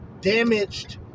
damaged